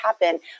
happen